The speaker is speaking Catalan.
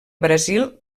brasil